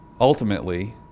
ultimately